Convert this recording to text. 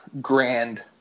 grand